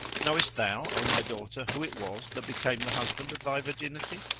knowest thou, o my daughter, who it was that became the husband of thy virginity?